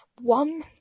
one